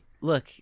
Look